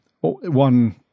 One